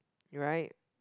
right